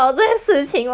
ya